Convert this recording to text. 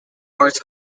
arts